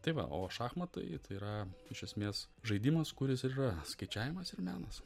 tai va o šachmatai yra iš esmės žaidimas kuris ir yra skaičiavimas ir menas